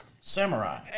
samurai